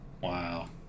wow